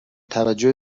توجه